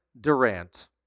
Durant